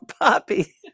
Poppy